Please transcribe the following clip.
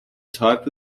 type